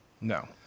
No